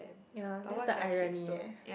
ya that's the irony leh